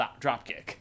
dropkick